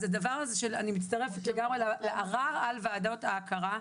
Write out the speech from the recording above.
אז זה דבר שאני מצטרפת לגמרי לערר על ועדות ההכרה,